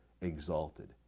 exalted